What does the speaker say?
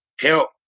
help